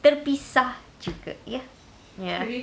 terpisah juga ya